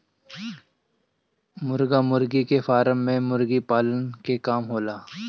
मुर्गा मुर्गी के फार्म में मुर्गी पालन के काम होला